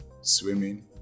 swimming